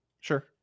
sure